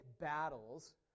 battles